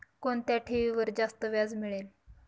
कोणत्या ठेवीवर जास्त व्याज मिळेल?